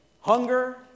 hunger